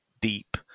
deep